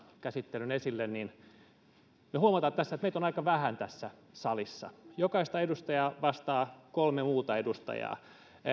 käsittelyn esille niin huomautan että meitä on aika vähän tässä salissa jokainen edustaja vastaa kolmea muuta edustajaa